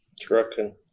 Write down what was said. Trucking